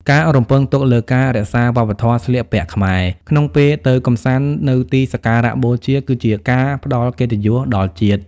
ការរំពឹងទុកលើ "ការរក្សាវប្បធម៌ស្លៀកពាក់ខ្មែរ" ក្នុងពេលទៅកម្សាន្តនៅទីសក្ការៈបូជា គឺជាការផ្ដល់កិត្តិយសដល់ជាតិ។